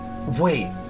Wait